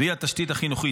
והיא התשתית החינוכית.